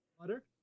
butter